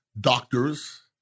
doctors